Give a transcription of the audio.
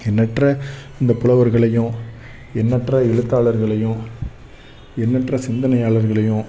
எண்ணற்ற இந்த புலவர்களையும் எண்ணற்ற எழுத்தாளர்களையும் எண்ணற்ற சிந்தனையாளர்களையும்